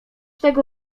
tego